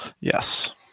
Yes